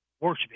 worship